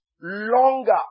Longer